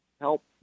help